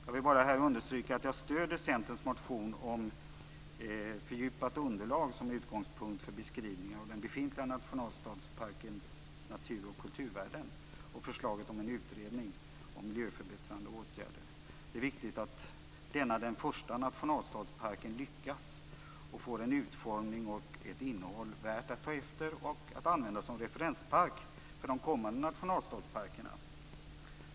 Jag vill bara här understryka att jag stöder Centerns motion om fördjupat underlag som utgångspunkt för beskrivningar av den befintliga nationalstadsparkens natur och kulturvärden och förslaget om en utredning om miljöförbättrande åtgärder. Det är viktigt att denna den första nationalstadsparken lyckas och får en utformning och ett innehåll värt att ta efter och att använda som referenspark för de kommande nationalstadsparkerna.